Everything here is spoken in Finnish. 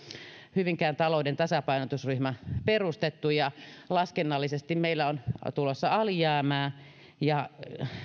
hyvinkään talouden tasapainotusryhmä perustettu ja laskennallisesti meillä on tulossa alijäämää